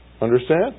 Understand